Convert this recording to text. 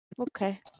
Okay